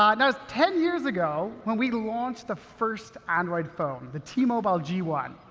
um and so ten years ago, when we launched the first android phone, the t-mobile g one,